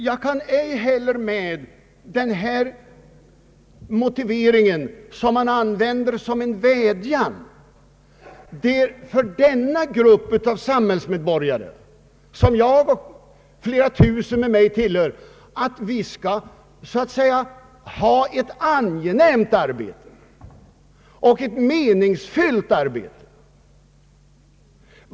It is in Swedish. Jag kan inte heller acceptera den motivering man använder när man vädjar för denna grupp av samhällsmedborgare, som jag och flera tusen med mig tillhör, att den skall få ett angenämt och meningsfyllt arbete.